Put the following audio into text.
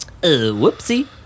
Whoopsie